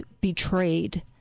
betrayed